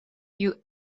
you